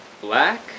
black